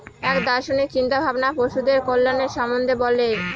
এক দার্শনিক চিন্তা ভাবনা পশুদের কল্যাণের সম্বন্ধে বলে